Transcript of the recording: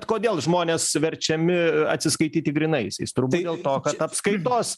kodėl žmonės verčiami atsiskaityti grynaisiais turbūt dėl to kad apskaitos